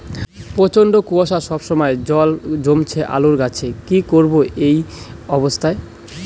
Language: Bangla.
প্রচন্ড কুয়াশা সবসময় জল জমছে আলুর গাছে কি করব এই অবস্থায়?